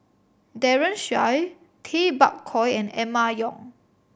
Daren Shiau Tay Bak Koi and Emma Yong